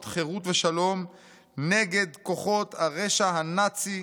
חירות ושלום נגד כוחות הרשע הנאצי,